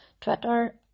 Twitter